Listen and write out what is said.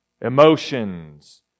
emotions